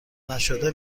نشده